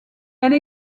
elle